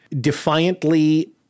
defiantly